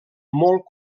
molt